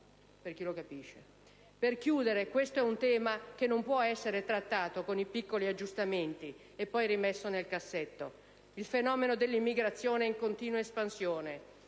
(per chi lo capisce). Per chiudere, questo è un tema che non può essere trattato con piccoli aggiustamenti e poi rimesso nel cassetto. Il fenomeno dell'immigrazione è in continua espansione